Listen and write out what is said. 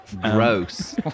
Gross